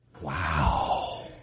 Wow